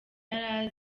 yari